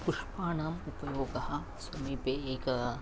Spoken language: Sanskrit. पुष्पाणाम् उपयोगः समीपे एकं